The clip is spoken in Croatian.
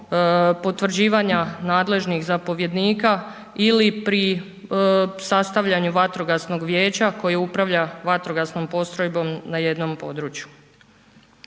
potvrđivanja nadležnih zapovjednika ili pri sastavljanju vatrogasnog vijeća koje upravlja vatrogasnom postrojbom na jednom području.